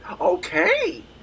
Okay